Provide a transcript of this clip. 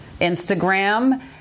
Instagram